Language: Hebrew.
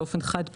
באופן חד פעמי,